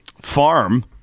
farm